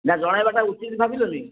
ନା ଜଣେଇବାଟା ଉଚିତ ଭାବିଲନି